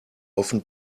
often